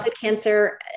cancer